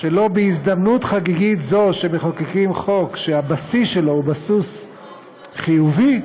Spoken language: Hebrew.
שבהזדמנות חגיגית זו שמחוקקים חוק שהבסיס שלו הוא בסיס חיובי,